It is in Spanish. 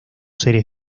seres